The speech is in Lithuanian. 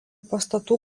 pastatų